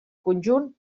conjunt